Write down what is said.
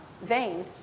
vein